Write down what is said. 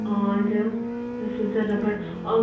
और उसी से रब्बर और